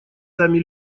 сами